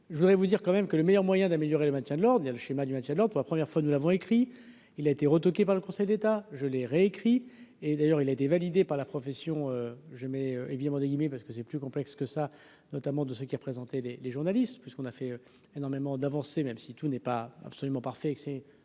je voudrais vous dire quand même que le meilleur moyen d'améliorer le maintien de l'ordre, il y a le schéma du maintien de l'eau pour la première fois, nous l'avons écrit, il a été retoqué par le Conseil d'État, je l'ai réécrit et d'ailleurs il a été validé par la profession, j'aimais évidemment des guillemets, parce que c'est plus complexe que ça, notamment de ce qu'il a présenté les les journalistes puisqu'on a fait énormément d'avancées même si tout n'est pas absolument parfait